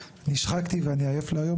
שנשחקתי ואני עייף להיום.